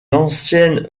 ancienne